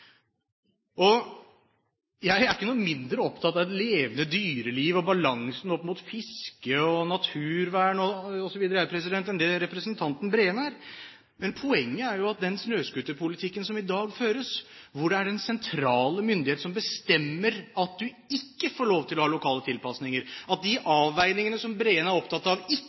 vinduene. Jeg er ikke noe mindre opptatt av et levende dyreliv og balansen opp mot fiske, naturvern osv. enn det representanten Breen er. Poenget er at den snøscooterpolitikken som i dag føres, hvor det er den sentrale myndighet som bestemmer at du ikke får lov til å ha lokale tilpasninger, at de avveiningene som Breen er opptatt av, ikke kan bli tatt lokalt, men tas her i